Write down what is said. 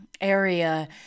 area